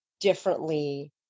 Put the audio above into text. differently